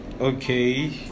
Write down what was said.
Okay